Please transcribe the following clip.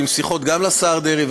בשיחות גם עם השר דרעי,